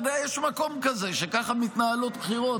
אתה יודע, יש מקום כזה שככה מתנהלות בו בחירות.